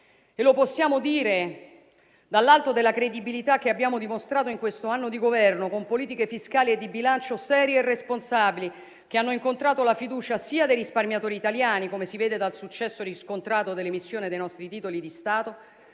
Lo possiamo dire dall'alto della credibilità che abbiamo dimostrato in questo anno di Governo, con politiche fiscali e di bilancio serie e responsabili, che hanno incontrato la fiducia sia dei risparmiatori italiani, come si vede dal successo riscontrato dalla emissione dei nostri titoli di Stato,